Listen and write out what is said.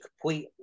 complete